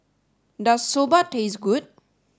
does Soba taste good